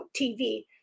TV